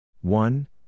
one